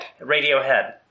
Radiohead